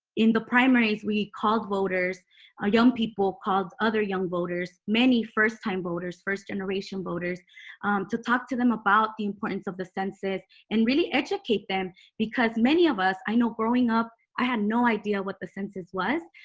in the primaries, we called voters ah young people people called other young voters many first-time voters first generation voters to talk to them about the importance of the census and really educate them because many of us i know growing up i had no idea what the census was